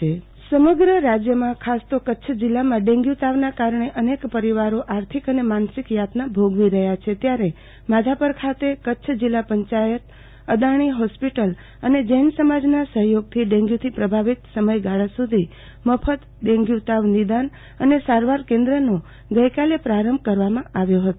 આરતી ભક્ટ ડેન્ગ્યુ તાવ રક્ષણ કેમ્પ સમગ્ર રાજ્યમાં ખાસતો કચ્છ જિલ્લામાં ડેન્ગ્યુ તાવના કારણે અનેક પરિવારો આર્થિક અને માનસિક યાતના ભોગવી રહ્યા છે ત્યારે માધાપર અને કચ્છ જિલ્લા પંચાયત અદાણી હોસ્પિટલ અને જૈન સમાજના સહયોગથી ડેન્ગ્યુથી પ્રભાવીત સમયગાળા સુધી મફત ડેન્ગ્યુ તાવ નિદાન અને સારવાર કેન્દ્રનો ગઈકાલે પ્રારંભ કરવામાં આવ્યો હતો